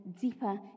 deeper